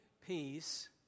peace